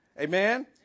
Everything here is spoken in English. Amen